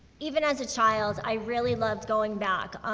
even as a child, i really loved going back.